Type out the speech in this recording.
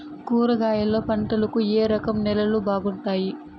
కూరగాయల పంటలకు ఏ రకం నేలలు బాగుంటాయి?